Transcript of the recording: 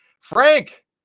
Frank